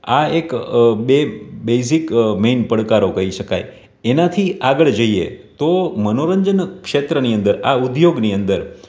આ એક basic main પડકારો કહી શકાય એનાંથી આગળ જઈએ તો મનોરંજન ક્ષેત્રની અંદર આ ઉદ્યોગની અંદર